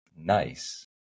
nice